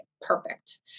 perfect